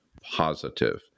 positive